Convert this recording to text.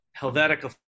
Helvetica